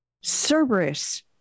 Cerberus